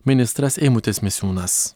ministras eimutis misiūnas